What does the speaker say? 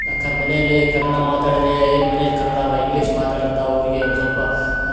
ಅಕ್ಕ ಮನೆಯಲ್ಲೆ ಕನ್ನಡ ಮಾತಾಡಿದರೆ ಎ ಎ ಮನೆಯಲ್ಲಿ ಕನ್ನಡ ಅಲ್ಲ ಇಂಗ್ಲಿಷ್ ಮಾತಾಡಂತ ಅವರಿಗೆ ಒಂದು ಸ್ವಲ್ಪ